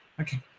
Okay